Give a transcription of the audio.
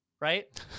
right